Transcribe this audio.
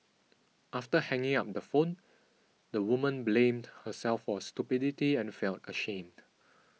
after hanging up the phone the woman blamed herself for stupidity and felt ashamed